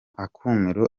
akumiro